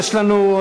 יש לנו,